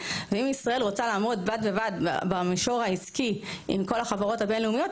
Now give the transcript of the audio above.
ואם ישראל רוצה לעמוד בד בבד במישור העסקי עם כל החברות הבין-לאומית,